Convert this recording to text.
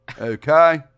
Okay